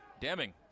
Deming